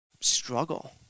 struggle